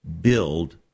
build